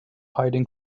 hiding